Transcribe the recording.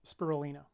spirulina